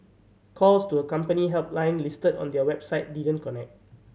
calls to a company helpline listed on their website didn't connect